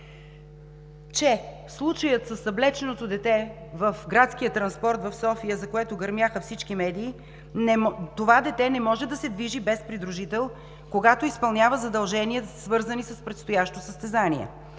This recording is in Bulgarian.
за случая със съблеченото дете в градския транспорт в София, за което гърмяха всички медии, че това дете не може да се движи без придружител, когато изпълнява задълженията си, свързани с предстоящо състезание.